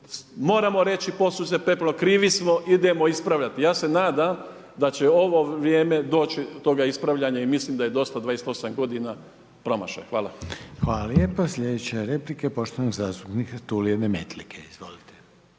Moramo reći posulo se pepelom, krivi smo, idemo ispravljati. Ja se nadam da će ovo vrijeme doći do toga ispravljanja i mislim da je dosta 28 godina promašaj. Hvala. **Reiner, Željko (HDZ)** Hvala lijepa. Slijedeća je replika poštovanog zastupnika Tulia Demetlike. Izvolite.